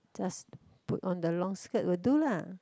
just put on the long skirt will do lah